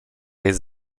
jest